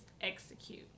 execute